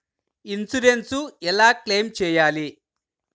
Insurance ఎలా claim చేయాలి?